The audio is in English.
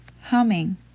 humming